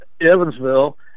Evansville